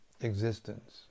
existence